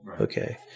Okay